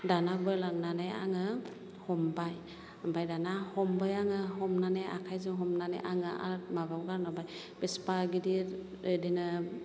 दाना बोलांनानै आङो हमबाय ओमफ्राय दाना हमबाय आङो हमनानै आखाइजों हमनानै आङो आरो माबाबा बारलांबाय बिसिबा गिदिर बिदिनो